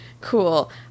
Cool